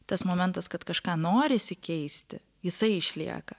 tas momentas kad kažką norisi keisti jisai išlieka